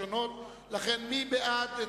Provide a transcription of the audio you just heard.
אני מבקש לאשר את התקציב של התמיכות לשנת 2009. מי בעד,